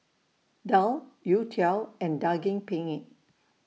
Daal Youtiao and Daging Penyet